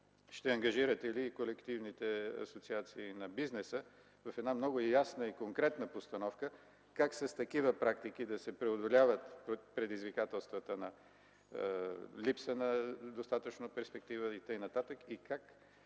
Ще ангажирате ли колективните асоциации на бизнеса в една много ясна и конкретна постановка как с такива практики да се преодоляват предизвикателствата, липсата на достатъчно перспектива и т.н.?